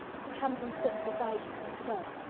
he comes and sits beside you. so.